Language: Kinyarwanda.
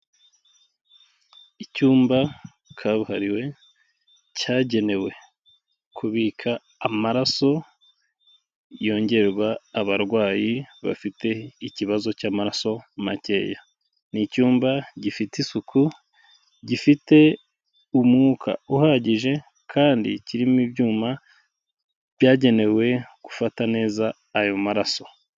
Icyumba kabuhariwe cyagenewe kubika amaraso yongerwa abarwayi bafite ikibazo cy'amaraso makeya, ni icyumba gifite isuku, gifite umwuka uhagije, kandi kirimo ibyuma byagenewe gufata neza ayo maraso.